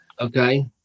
okay